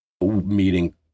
meeting